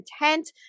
intent